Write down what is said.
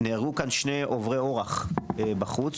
נהרגו כאן שני עוברי אורח בחוץ.